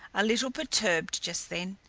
a little perturbed just then,